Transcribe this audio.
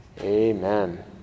Amen